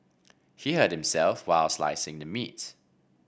he hurt himself while slicing the meat